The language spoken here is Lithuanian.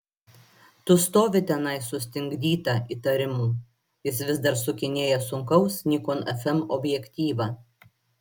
tu stovi tenai sustingdyta įtarimų jis vis dar sukinėja sunkaus nikon fm objektyvą